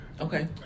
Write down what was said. Okay